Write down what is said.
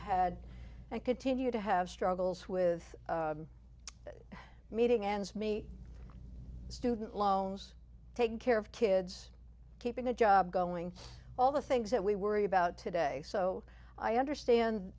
had and continue to have struggles with meeting ends me student loans taking care of kids keeping a job going all the things that we worry about today so i understand